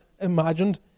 imagined